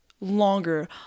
longer